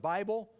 Bible